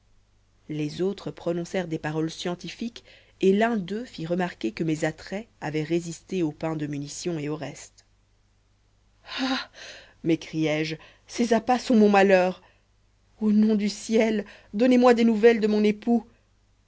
les autres prononcèrent des paroles scientifiques et l'un d'eux fit remarquer que mes attraits avaient résisté au pain de munition et au reste ah m'écriai-je ces appas sont mon malheur au nom du ciel donnez-moi des nouvelles de mon époux